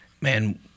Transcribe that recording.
man